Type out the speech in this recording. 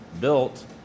built